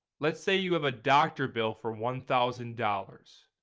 let's say you have a doctor bill for one thousand dollars.